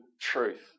truth